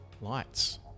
lights